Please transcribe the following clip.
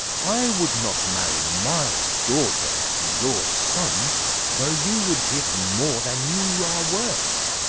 i would not marry my daughter to your son though you would give him more than you are worth.